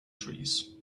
trees